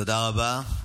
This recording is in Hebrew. תודה רבה.